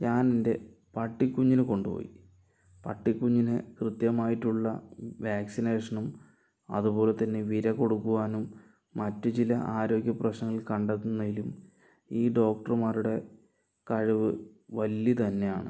ഞാനെൻ്റെ പട്ടിക്കുഞ്ഞിനെ കൊണ്ടുപോയി പട്ടിക്കുഞ്ഞിനു കൃത്യമായിട്ടുള്ള വാക്സിനേഷനും അതുപോലെത്തന്നെ വിര കൊടുക്കുവാനും മറ്റു ചില ആരോഗ്യ പ്രശ്നങ്ങൾ കണ്ടെത്തുന്നതിനും ഈ ഡോക്ടർമാരുടെ കഴിവ് വലുത് തന്നെയാണ്